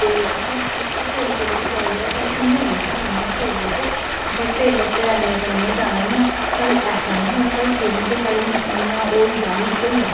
ते असें तौले तौले पजाऊ ओड़ेआं असें ई इ'यां निं सानूं इ'यां छोड़ेओ ते असें टैमें कन्नै ई जाना ई आ साढ़ी ऐसा निं होऐ साढ़ी ट्रेन के साढ़ी इ'यां ओह् होई जा मिस होई जा